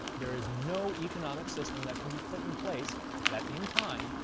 there is no economic system that can be put in place that, in time,